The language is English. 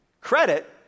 Credit